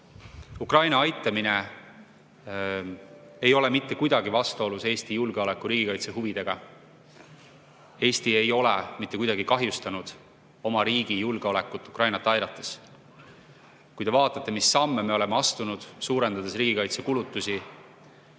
Ukraina aitamine ei ole mitte kuidagi vastuolus Eesti julgeoleku, riigikaitse huvidega. Eesti ei ole mitte kuidagi kahjustanud oma riigi julgeolekut Ukrainat aidates. Kui te vaatate, mis samme me oleme astunud, suurendades riigikaitsekulutusi,